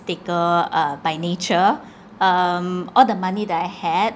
taker uh by nature um all the money that I had